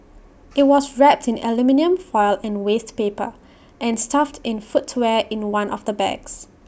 IT was wrapped in aluminium foil and waste paper and stuffed in footwear in one of the bags